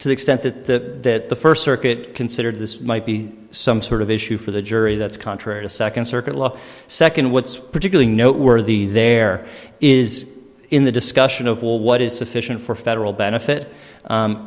to the extent that the first circuit considered this might be some sort of issue for the jury that's contrary to second circuit law second what's particularly noteworthy there is in the discussion of will what is sufficient for federal benefit